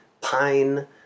pine